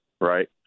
right